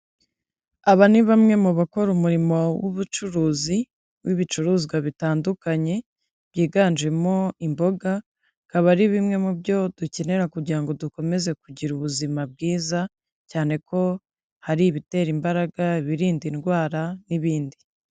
Aba ni bamwe mu bakora umurimo w'ubucuruzi w'ibicuruzwa bitandukanye byiganjemo imboga, akaba ari bimwe mu byo dukenera kugira dukomeze kugira ubuzima bwiza, cyane ko hari ibitera imbaraga, birinda indwara n'ibindi.